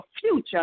future